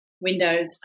windows